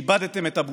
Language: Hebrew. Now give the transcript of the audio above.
שאיבדתם את הבושה,